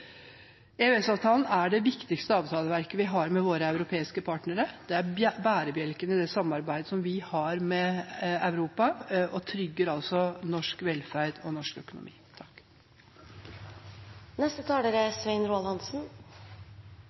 EØS-avtalen er det viktigste avtaleverket vi har med våre europeiske partnere. Den er bærebjelken i det samarbeidet vi har med Europa, og trygger altså norsk velferd og norsk økonomi. Vi må se på vårt forhold til Europa og EØS-avtalen i et bredere geopolitisk perspektiv. I dag er